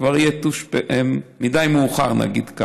כבר יהיה מאוחר מדי,